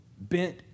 bent